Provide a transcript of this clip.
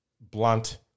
blunt